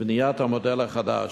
לבניית המודל החדש.